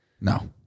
No